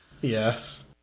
yes